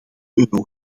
euro